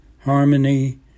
harmony